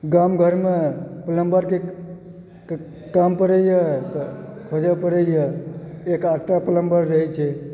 गाम घरमे पलम्बरके काम पड़ैए तऽ खोजऽ पड़ैए एक आधटा पलम्बर रहए छै